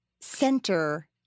center